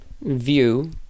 view